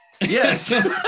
Yes